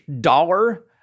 dollar